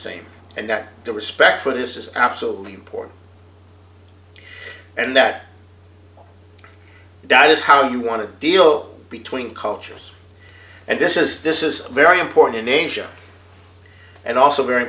same and that the respect for this is absolutely important and that that is how you want to deal between cultures and this is this is very important in asia and also very